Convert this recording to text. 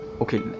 Okay